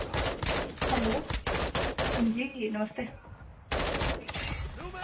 hello अंजी नमस्ते